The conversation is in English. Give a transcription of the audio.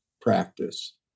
practice